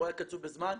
הוא היה קצוב בזמן,